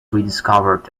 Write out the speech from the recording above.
rediscovered